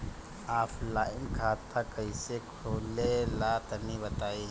Offline खाता कइसे खुलेला तनि बताईं?